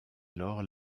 lors